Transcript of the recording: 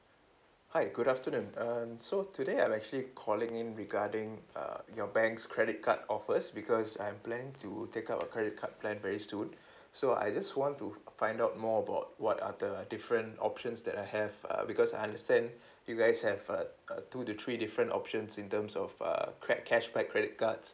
hi good afternoon um so today I'm actually calling in regarding uh your bank's credit card offers because I'm planning to take up a credit card plan very soon so I just want to find out more about what are the different options that I have uh because I understand you guys have uh uh two to three different options in terms of uh cred~ cashback credit cards